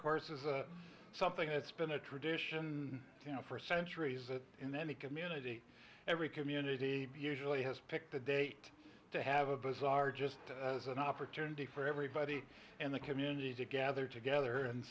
course is something that's been a tradition for centuries but in any community every community usually has picked a date to have a bazaar just as an opportunity for everybody and the community to gather together and